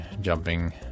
jumping